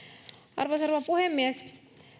arvoisa rouva puhemies